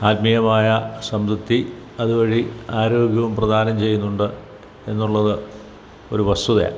ആത്മീയമായ സംതൃപ്തി അതുവഴി ആരോഗ്യവും പ്രദാനം ചെയ്യുന്നുണ്ട് എന്നുള്ളത് ഒരു വസ്തുതയാണ്